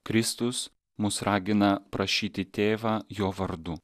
kristus mus ragina prašyti tėvą jo vardu